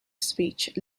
speech